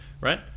Right